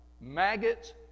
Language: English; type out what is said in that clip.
maggots